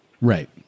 Right